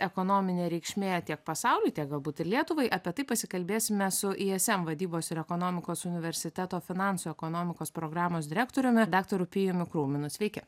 ekonominė reikšmė tiek pasauly tiek galbūt ir lietuvai apie tai pasikalbėsime su ism vadybos ir ekonomikos universiteto finansų ekonomikos programos direktoriumi daktaru pijumi krūminu sveiki